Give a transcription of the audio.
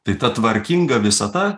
tai ta tvarkinga visata